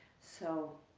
so,